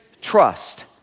trust